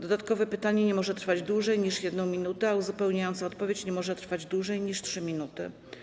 Dodatkowe pytanie nie może trwać dłużej niż 1 minutę, a uzupełniająca odpowiedź nie może trwać dłużej niż 3 minuty.